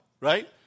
right